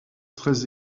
très